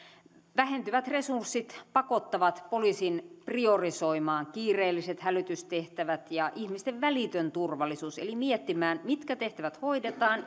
vähentyvät resurssit pakottavat poliisin priorisoimaan kiireelliset hälytystehtävät ja ihmisten välittömän turvallisuuden eli miettimään mitkä tehtävät hoidetaan